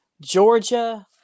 Georgia